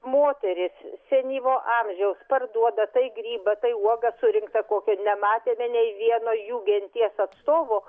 moterys senyvo amžiaus parduoda tai grybą tai uogą surinktą kokią nematėme nei vieno jų genties atstovo